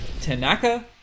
Tanaka